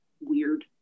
weird